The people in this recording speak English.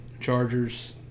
Chargers